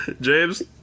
James